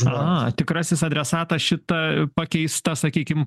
a tikrasis adresatas šita pakeista sakykim